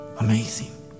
Amazing